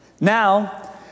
Now